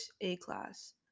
A-class